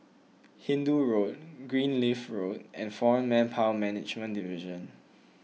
Hindoo Road Greenleaf Road and foreign Manpower Management Division